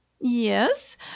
yes